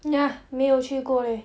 ya 没有去过 leh